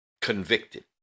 convicted